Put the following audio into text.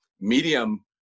medium